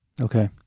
Okay